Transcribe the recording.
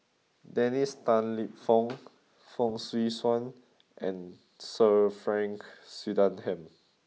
Dennis Tan Lip Fong Fong Swee Suan and Sir Frank Swettenham